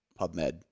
PubMed